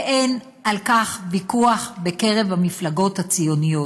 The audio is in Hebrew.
ואין על כך ויכוח בקרב המפלגות הציוניות.